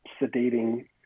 sedating